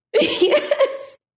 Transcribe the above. Yes